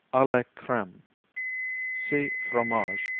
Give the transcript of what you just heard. a la creme see fromage,